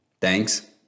Thanks